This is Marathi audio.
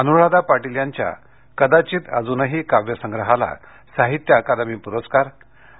अनुराधा पाटील यांच्या कदाचित अजूनही काव्यसंग्रहाला साहित्य अकादमी पुरस्कार आणि